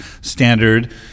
standard